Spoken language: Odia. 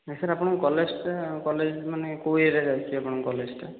ନାହିଁ ସାର୍ ଆପଣଙ୍କ କଲେଜଟା କଲେଜ ମାନେ କେଉଁ ଏରିଆରେ ଯାଉଛି ଆପଣଙ୍କ କଲେଜଟା